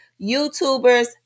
YouTubers